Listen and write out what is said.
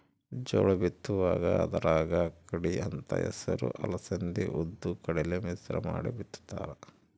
ಜೋಳ ಬಿತ್ತುವಾಗ ಅದರಾಗ ಅಕ್ಕಡಿ ಅಂತ ಹೆಸರು ಅಲಸಂದಿ ಉದ್ದು ಕಡಲೆ ಮಿಶ್ರ ಮಾಡಿ ಬಿತ್ತುತ್ತಾರ